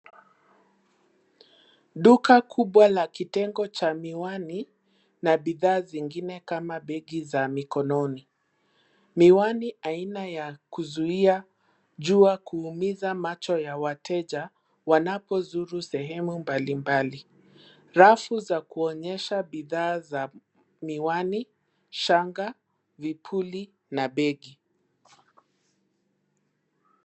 Duka kubwa la kitengo cha miwani na bidhaa zingine kama begi za mikononi. Miwani aina ya kuzuia jua kuumiza macho ya wateja wanapozuru sehemu mbalimbali. Rafu za kuonyeasha bidhaa za miwani, shanga, vipuli na begi.